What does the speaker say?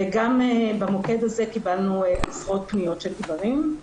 וגם במוקד הזה קיבלנו עשרות פניות של גברים.